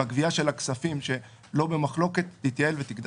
והגבייה של הכספים שלא במחלוקת תתייעל ותגדל.